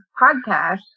podcast